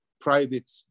private